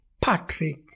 Patrick